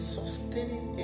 sustaining